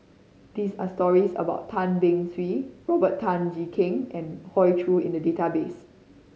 there are stories about Tan Beng Swee Robert Tan Jee Keng and Hoey Choo in the database